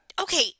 okay